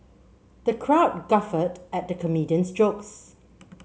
the crowd guffawed at the comedian's jokes